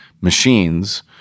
machines